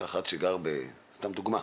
שגר, לדוגמה,